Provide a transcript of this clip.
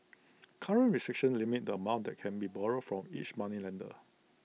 current restrictions limit the amount that can be borrowed from each moneylender